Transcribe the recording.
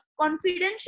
confidential